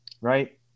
Right